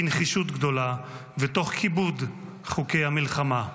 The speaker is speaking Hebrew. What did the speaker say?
בנחישות גדולה ותוך כיבוד חוקי המלחמה.